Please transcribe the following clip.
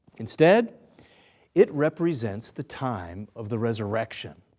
instead it represents the time of the resurrection.